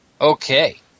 Okay